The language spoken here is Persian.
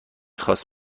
خواست